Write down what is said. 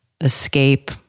escape